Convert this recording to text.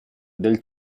del